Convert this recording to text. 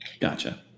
Gotcha